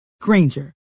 Granger